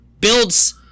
Builds